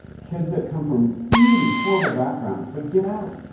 kids that come from really horrible backgrounds but get out,